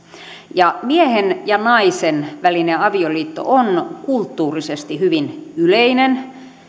ja miehen ja naisen välinen avioliitto on kulttuurisesti hyvin yleinen